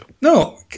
No